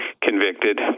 convicted